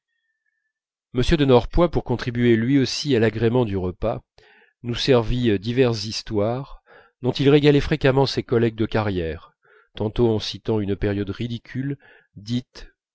m de norpois pour contribuer lui aussi à l'agrément du repas nous servit diverses histoires dont il régalait fréquemment ses collègues de carrière tantôt en citant une période ridicule dite